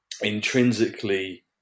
intrinsically